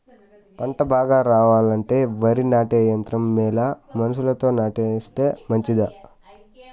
పంట బాగా రావాలంటే వరి నాటే యంత్రం మేలా మనుషులతో నాటిస్తే మంచిదా?